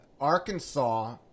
Arkansas